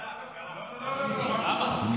תשעה, אין